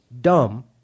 dumb